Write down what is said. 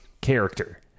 character